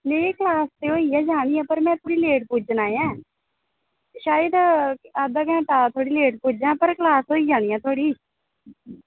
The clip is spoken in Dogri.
नेईं क्लास ते होई गै जानी ऐ पर में थोह्ड़ी लेट पुज्जना ऐ शायद अद्धा घैंटा थोह्ड़ी लेट पुज्जां पर क्लास ते होई जानी ऐ थुआढ़ी